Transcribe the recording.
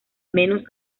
menos